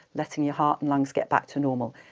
letting your heart and lungs get back to normal.